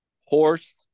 Horse